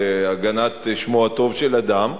בהגנת שמו הטוב של אדם,